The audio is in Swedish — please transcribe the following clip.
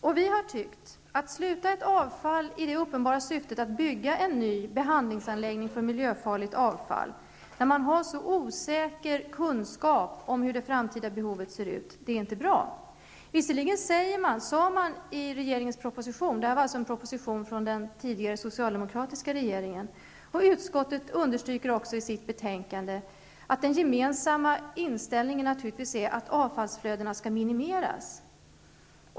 Vi anser att det inte är bra att sluta ett avtal i det uppenbara syftet att bygga en ny behandlingsanläggning för miljöfarligt avfall när kunskapen om det framtida behovet är så bristfällig. Visserligen sägs det i den socialdemokratiska regeringens proposition, vilket också utskottet understryker i sitt betänkande, att den gemensamma inställningen naturligtvis är att avfallsflödena skall minimeras.